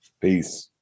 Peace